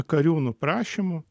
kariūnų prašymu